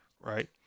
right